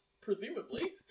presumably